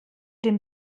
den